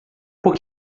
por